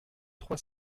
trois